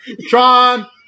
Tron